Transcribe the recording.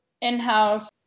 in-house